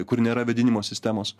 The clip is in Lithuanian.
kur nėra vėdinimo sistemos